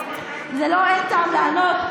אז לו אין טעם לענות.